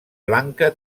blanca